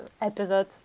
episode